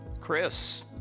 Chris